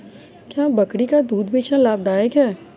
क्या बकरी का दूध बेचना लाभदायक है?